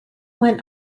went